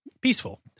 Peaceful